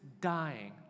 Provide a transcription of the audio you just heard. dying